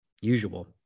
usual